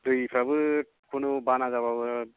दैफ्राबो खुनु बाना जाबाबो